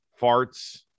farts